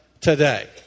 today